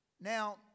Now